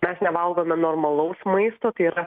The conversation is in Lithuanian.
mes nevalgome normalaus maisto tai yra